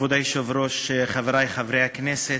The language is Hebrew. כבוד היושב-ראש, חברי חברי הכנסת,